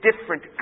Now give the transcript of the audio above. different